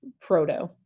proto